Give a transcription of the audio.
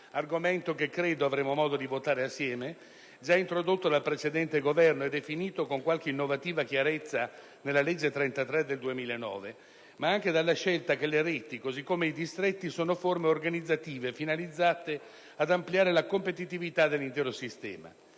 argomento che credo avremo modo di votare assieme, già introdotto dal precedente Governo e definito con qualche innovativa chiarezza nella legge n. 33 del 2009 - ma anche con la scelta di intendere le reti, così come i distretti, come forme organizzative finalizzate ad ampliare la competitività dell'intero sistema.